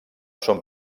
són